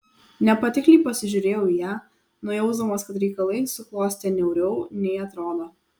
nepatikliai pasižiūrėjau į ją nujausdamas kad reikalai suklostė niauriau nei atrodo